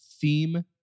theme